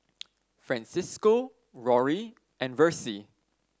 Francisco Rory and Versie